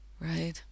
right